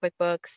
QuickBooks